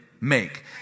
make